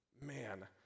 man